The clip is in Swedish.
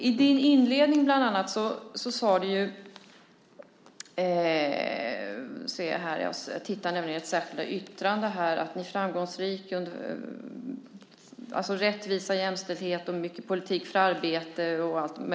I din inledning talade du bland annat om att ni varit framgångsrika, om rättvisa, jämställdhet och mycket politik för arbete.